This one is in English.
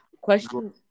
question